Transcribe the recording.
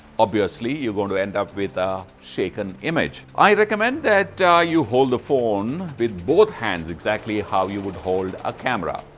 obviously you're going to end up with a shaken image. i recommend ah you hold the phone with both hands exactly how you would hold a camera.